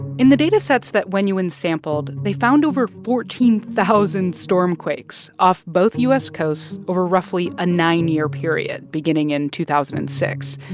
in the datasets that wenyuan sampled, they found over fourteen thousand stormquakes off both u s. coasts over roughly a nine-year period, beginning in two thousand and six.